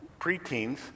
preteens